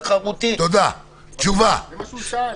תיקון תקנה 73. בתקנה 7(6)